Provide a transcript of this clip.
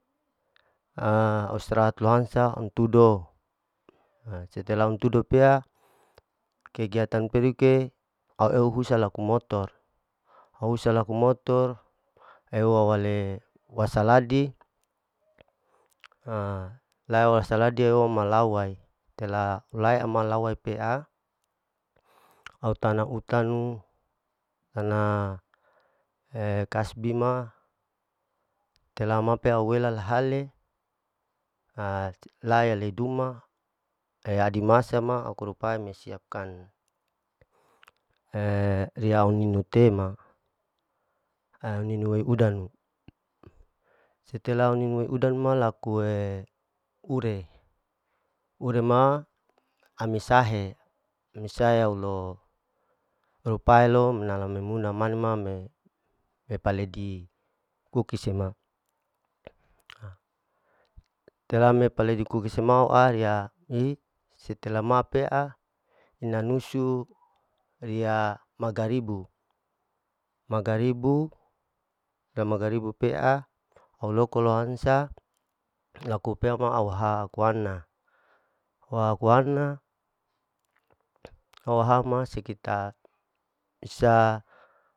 Aa au istrahat lohonsa antudo, setelah antudo pea kegiatan peduke eu husa laku motor eu husa laku motor euwawale wasaladi, lao wasaladi eoma lawwai tela lae emalawai pea, au tana utanu tana kasbima tela ma pea au ela lahale laeli duma ee aidimasa ma au kurapae mesiapkan riya uininu tena, aa ninu udan. Setelah au ninu udanu laku e ure, ure ma, ami sahe, ami sahe aulo rupae lo menala memuna mane ma me, ipaledi kukisema, setelah mepaledi kukisema o, ariya hi, setelah maa pea ina nusu riya magaribu, magaribu ta magaribu pea au loko lohansa laku pea ma au laku lohana aukuana lo aku ana kalau hama asuah sekitar bisa